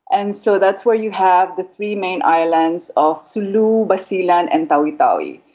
and so that's where you have the three main islands of sulu, basilan and tawi-tawi.